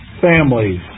families